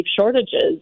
shortages